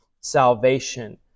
salvation